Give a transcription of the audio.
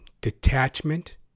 Detachment